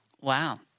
Wow